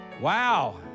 Wow